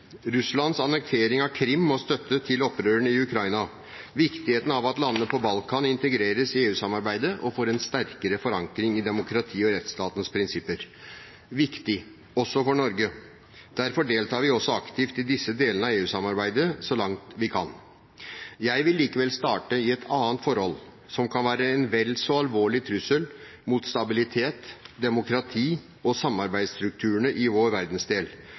Russlands annektering av Krim og støtte til opprørerne i Ukraina, viktigheten av at landene på Balkan integreres i EU-samarbeidet og får en sterkere forankring i demokrati og rettsstatens prinsipper. Dette er viktig også for Norge, og derfor deltar vi også aktivt i disse delene av EU-samarbeidet så langt vi kan. Jeg vil likevel starte i et annet forhold som kan være en vel så alvorlig trussel mot stabilitet, demokrati og samarbeidsstrukturene i vår verdensdel,